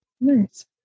Nice